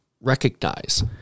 recognize